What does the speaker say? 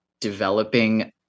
developing